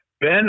Ben